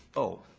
oh,